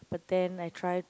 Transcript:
but then I try to